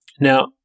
Now